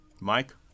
Mike